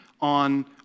on